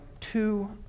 two